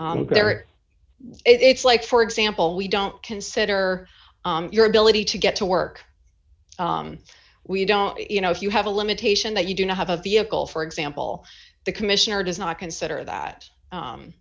character it's like for example we don't consider your ability to get to work we don't you know if you have a limitation that you do not have a vehicle for example the commissioner does not consider that